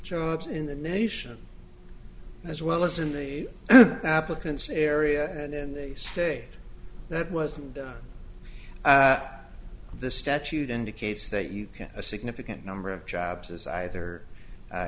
jobs in the nation as well as in the applicants area and then they state that wasn't done the statute indicates that you can a significant number of jobs is either